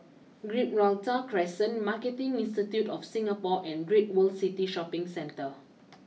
Gibraltar Crescent Marketing Institute of Singapore and Great World City Shopping Centre